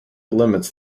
limits